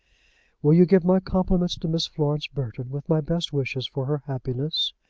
will you give my compliments to miss florence burton, with my best wishes for her happiness?